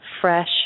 fresh